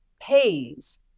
pays